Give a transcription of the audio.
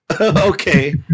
Okay